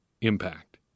impact